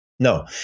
No